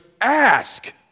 ask